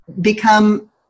become